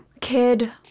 Kid